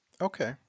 Okay